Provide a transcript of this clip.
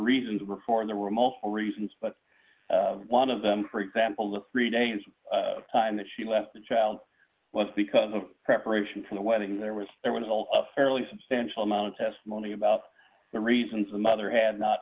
reasons were for there were multiple reasons but one of them for example the three days that she left the child was because of preparation to the wedding there was there was all a fairly substantial amount of testimony about the reasons the mother had not